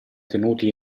tenuti